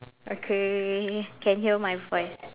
okay can hear my voice